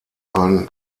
ein